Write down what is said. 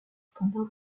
standard